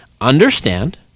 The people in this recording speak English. Understand